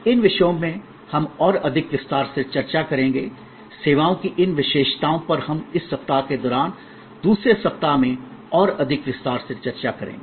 इन विषयों में हम और अधिक विस्तार से चर्चा करेंगे सेवाओं की इन विशेषताओं पर हम इस सप्ताह के दौरान दूसरे सप्ताह में और अधिक विस्तार से चर्चा करेंगे